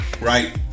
Right